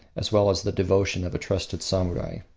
as well as the devotion of a trusted samurai.